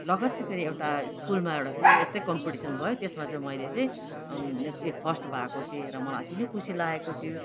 लगत्तै फेरि एउटा स्कुलमा एउटा फेरि यस्तै कम्पिटिसन भयो त्यसमा चाहिँ मैले चाहिँ फर्स्ट भएको थिएँ र मलाई अति नै खुसी लागेको थियो